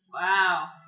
Wow